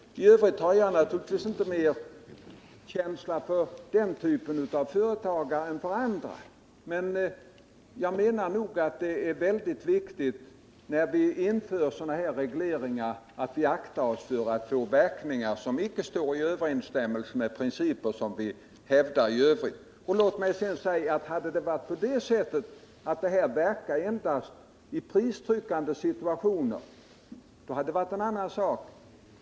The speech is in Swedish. Jag har naturligtvis inte någon större känsla för den typen av företagare än för andra, men jag anser att det, när vi inför sådana här regleringar, är mycket viktigt att vi aktar oss för att få sådana verkningar som inte överensstämmer med principer som vi i övrigt hävdar. Om det hade varit så att detta system endast verkar i situationer med pristryck, hade det varit en annan sak.